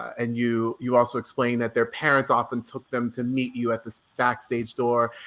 and you you also explained that their parents often took them to meet you at the backstage door.